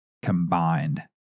Combined